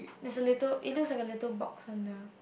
there's a little it looks like a little box on the